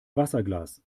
wasserglas